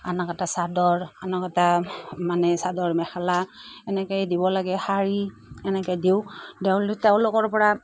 আনা কাটা চাদৰ আনা কাটা মানে চাদৰ মেখেলা এনেকৈয়ে দিব লাগে শাড়ী এনেকৈ দিওঁ তেওঁ তেওঁলোকৰপৰা